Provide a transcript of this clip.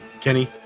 Kenny